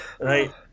right